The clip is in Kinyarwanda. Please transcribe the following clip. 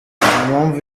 mpamvu